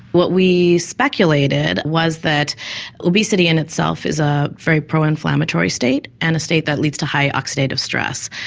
what we speculated was that obesity in itself is a very pro-inflammatory state and a state that leads to high oxidative stress.